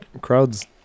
crowds